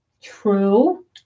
True